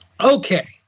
okay